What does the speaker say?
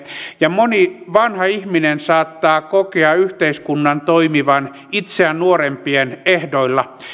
ja moni vanha ihminen saattaa kokea yhteiskunnan toimivan itseään nuorempien ehdoilla